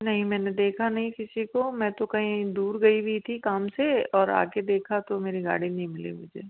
नहीं मैंने देखा नहीं किसी को मैं तो कहीं दूर गई हुई थीं काम से और आकर देखा तो मेरी गाड़ी नहीं मिली मुझे